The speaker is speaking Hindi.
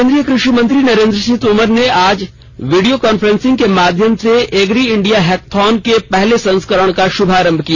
केंद्रीय कृषि मंत्री नरेंद्र सिंह तोमर ने आज आज वीडियो कॉन्फ्रेंसिंग के माध्यम से एग्री इंडिया हैकथॉन के पहले संस्करण का शुभारंभ किया